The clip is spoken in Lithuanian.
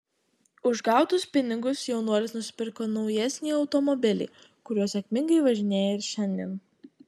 už gautus pinigus jaunuolis nusipirko naujesnį automobilį kuriuo sėkmingai važinėja ir šiandien